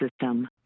system